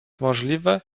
możliwe